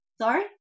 Sorry